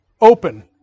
open